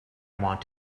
want